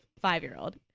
five-year-old